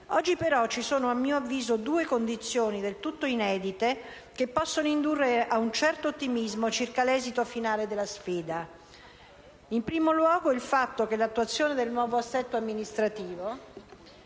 Oggi, però - a mio avviso - ci sono due condizioni del tutto inedite che possono indurre ad un certo ottimismo circa l'esito finale della sfida. In primo luogo, l'attuazione del nuovo assetto amministrativo